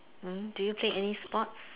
hmm do you play any sports